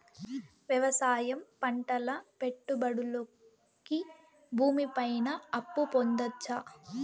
వ్యవసాయం పంటల పెట్టుబడులు కి భూమి పైన అప్పు పొందొచ్చా?